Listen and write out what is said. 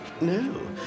No